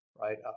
Right